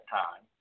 time